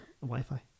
Wi-Fi